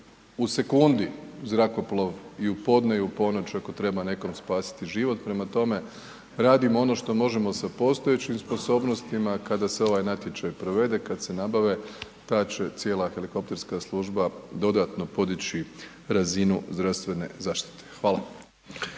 u sekundi zrakoplov i u podne i u ponoć ako treba nekom spasiti život. Prema tome, radimo ono što možemo s postojećim sposobnosti. Kada se ovaj natječaj provede, kada se nabave ta će cijela helikopterska služba dodano podići razinu zdravstvene zaštite. Hvala.